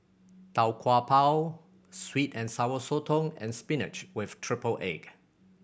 Tau Kwa Pau sweet and Sour Sotong and spinach with triple egg